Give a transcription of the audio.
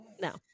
No